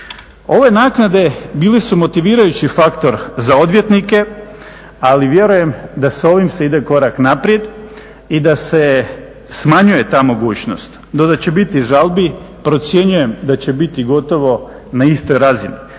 Ove naknade bile su motivirajući faktor za odvjetnike, ali vjerujem da sa ovim se ide korak naprijed i da se smanjuje ta mogućnost. No da će biti žalbi, procjenjujem da će biti gotovo na istoj razini.